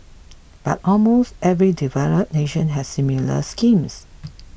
but almost every developed nation has similar schemes